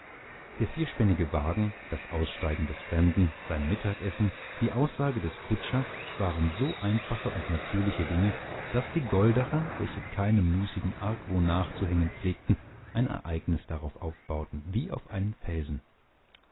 der vierspännige wagen das aussteigen des fremden sein mittagessen die aussage des kutschers waren so einfache und natürliche dinge daß die goldacher welche keinem müßigen argwohn nachzuhängen pflegten ein ereignis darauf aufbauten wie auf einen felsen